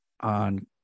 on